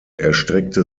erstreckte